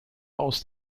aus